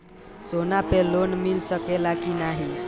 सोना पे लोन मिल सकेला की नाहीं?